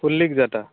full leak जाता